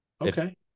Okay